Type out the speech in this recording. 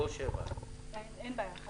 לא 7. אין בעיה,